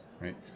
right